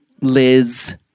Liz